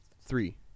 Three